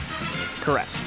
Correct